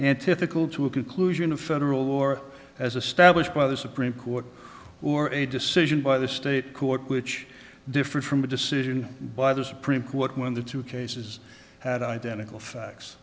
and typical to a conclusion of federal or as a stablished by the supreme court or a decision by the state court which differed from the decision by the supreme court when the two cases had identical facts